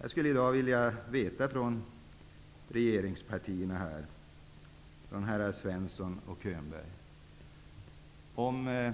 Jag skulle vilja höra från regeringspartiernas representanter, herrarna Svensson och Könberg, om